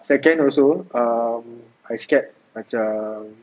second also um I scared macam